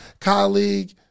colleague